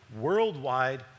worldwide